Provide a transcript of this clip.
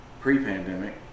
pre-pandemic